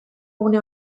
gune